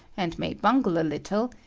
and may bungle a little,